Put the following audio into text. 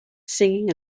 singing